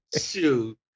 Shoot